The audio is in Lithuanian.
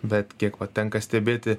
bet kiek tenka stebėti